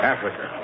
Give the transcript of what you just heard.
Africa